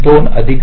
4 अधिक 0